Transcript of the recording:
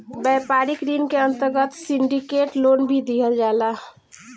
व्यापारिक ऋण के अंतर्गत सिंडिकेट लोन भी दीहल जाता